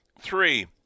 three